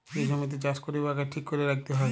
যে জমিতে চাষ ক্যরে উয়াকে ঠিক ক্যরে রাইখতে হ্যয়